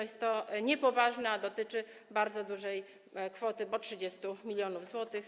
Jest to niepoważne, a dotyczy bardzo dużej kwoty, bo 30 mln zł.